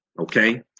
okay